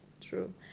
True